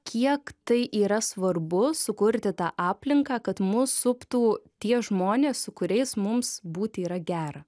kiek tai yra svarbu sukurti tą aplinką kad mus suptų tie žmonės su kuriais mums būti yra gera